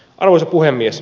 arvoisa puhemies